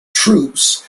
troops